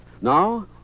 Now